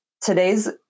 today's